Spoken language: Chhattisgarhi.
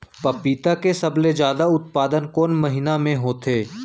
पपीता के सबले जादा उत्पादन कोन महीना में होथे?